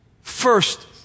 first